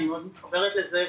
אני מאוד מתחברת לזה,